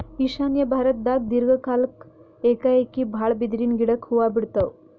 ಈಶಾನ್ಯ ಭಾರತ್ದಾಗ್ ದೀರ್ಘ ಕಾಲ್ಕ್ ಏಕಾಏಕಿ ಭಾಳ್ ಬಿದಿರಿನ್ ಗಿಡಕ್ ಹೂವಾ ಬಿಡ್ತಾವ್